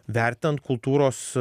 vertinant kultūros